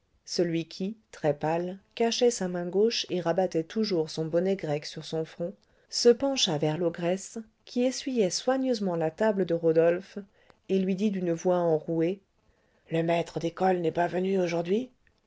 celui qui très-pâle cachait sa main gauche et rabattait toujours son bonnet grec sur son front se pencha vers l'ogresse qui essuyait soigneusement la table de rodolphe et lui dit d'une voix enrouée le maître d'école n'est pas venu aujourd'hui